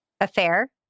affair